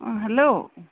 অঁ হেল্ল'